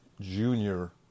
Junior